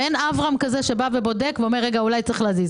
ואין אברהם שבא ובודק ואומר שאולי צריך להזיז.